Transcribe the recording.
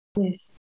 Yes